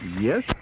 yes